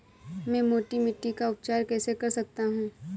मैं मोटी मिट्टी का उपचार कैसे कर सकता हूँ?